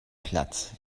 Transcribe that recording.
platt